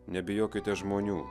nebijokite žmonių